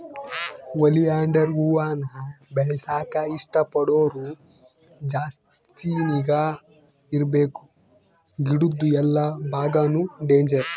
oleander ಹೂವಾನ ಬೆಳೆಸಾಕ ಇಷ್ಟ ಪಡೋರು ಜಾಸ್ತಿ ನಿಗಾ ಇರ್ಬಕು ಗಿಡುದ್ ಎಲ್ಲಾ ಬಾಗಾನು ಡೇಂಜರ್